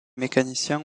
mécanicien